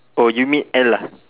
oh you mean L ah